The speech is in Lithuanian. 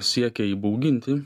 siekia įbauginti